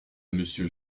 monsieur